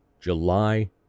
july